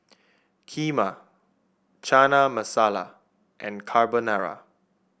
Kheema Chana Masala and Carbonara